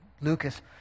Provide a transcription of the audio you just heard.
Lucas